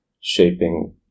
shaping